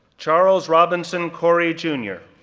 charles robinson cory, jr,